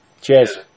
cheers